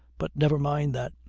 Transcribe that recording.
but never mind that.